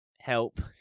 help